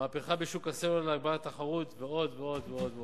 מהפכה בשוק הסלולר להגברת התחרות, ועוד ועוד.